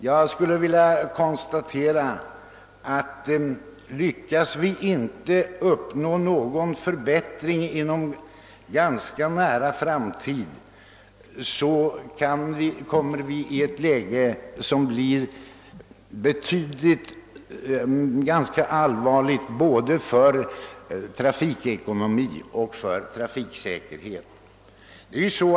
Jag vill konstatera att lyckas vi inte uppnå någon förbättring inom en ganska nära framtid kommer vi i ett läge som blir allvarligt för både trafikekonomi och trafiksäkerhet.